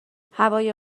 هوای